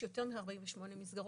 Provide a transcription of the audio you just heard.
יש יותר מ-48 מסגרות.